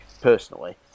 Personally